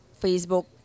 Facebook